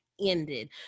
ended